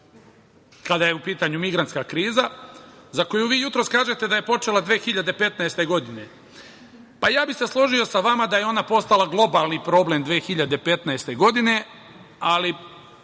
kada je u pitanju migrantska kriza, za koju vi jutros kažete da je počela 2015. godine. Ja bih se složio sa vama da je ona poslata globalni problem 2015. godine, ali